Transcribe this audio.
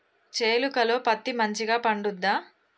చేలుక లో పత్తి మంచిగా పండుద్దా?